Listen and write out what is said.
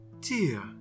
dear